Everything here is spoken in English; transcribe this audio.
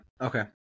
Okay